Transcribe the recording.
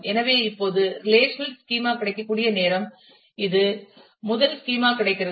எனவே இப்போது relational schema கிடைக்கக்கூடிய நேரம் இது முதல் ஸ்கீமா கிடைக்கிறது